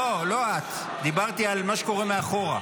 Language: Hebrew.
לא את, דיברתי על מה שקורה מאחור.